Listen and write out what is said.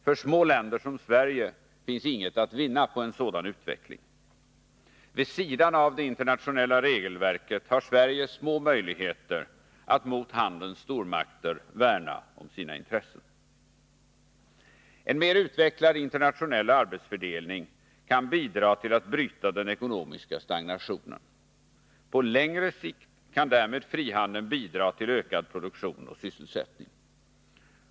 För små länder som Sverige finns inget att vinna på en sådan utveckling. Vid sidan av det internationella regelverket har Sverige små möjligheter att mot handelns stormakter värna om sina intressen. En mer utvecklad internationell arbetsfördelning kan bidra till att bryta den ekonomiska stagnationen. På längre sikt kan därmed frihandeln bidra till ökad produktion och sysselsättning.